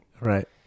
Right